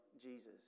Jesus